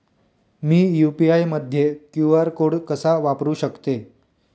मी UPI मध्ये QR code कसा वापरु शकते?